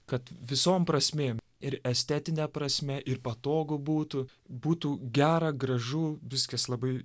kad visom prasmėm ir estetine prasme ir patogu būtų būtų gera gražu viskas labai